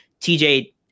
TJ